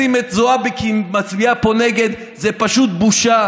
לשים את זועבי כי היא מצביעה פה נגד זה פשוט בושה,